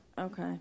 Okay